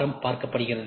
M பார்க்கப்படுகிறது